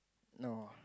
no